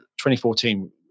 2014